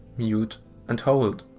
mute and hold.